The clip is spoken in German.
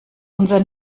unser